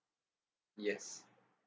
yes